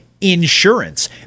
Insurance